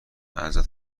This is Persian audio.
ازت